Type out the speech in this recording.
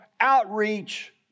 outreach